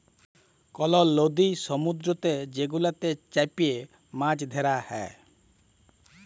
call লদি সমুদ্দুরেতে যে গুলাতে চ্যাপে মাছ ধ্যরা হ্যয়